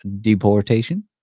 deportation